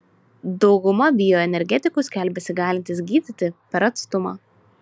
dauguma bioenergetikų skelbiasi galintys gydyti per atstumą